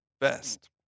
best